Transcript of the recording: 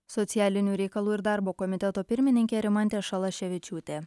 socialinių reikalų ir darbo komiteto pirmininkė rimantė šalaševičiūtė